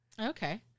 Okay